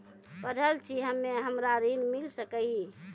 पढल छी हम्मे हमरा ऋण मिल सकई?